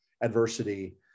adversity